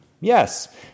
Yes